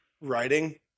writing